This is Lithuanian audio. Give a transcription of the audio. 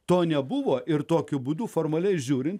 to nebuvo ir tokiu būdu formaliai žiūrint